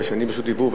כי אני ברשות דיבור,